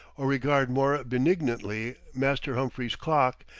or regard more benignantly master humphrey's clock,